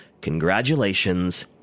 congratulations